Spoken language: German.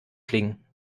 klingen